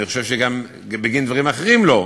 אני חושב שגם בגין דברים אחרים לא,